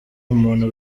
umuntu